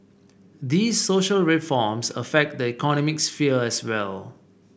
these social reforms affect the economic sphere as well